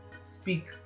speak